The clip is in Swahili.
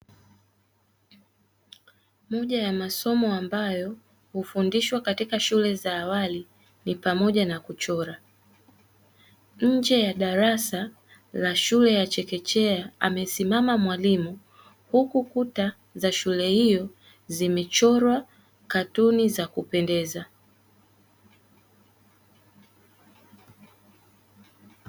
Moja ya masomo ambayo hufundishwa katika shule za awali ni pamoja na kuchora. Nje ya darasa la shule ya chekechea amesimama mwalimu huku kuta za shule hiyo zimechorwa katuni za kupendeza.